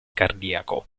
cardiaco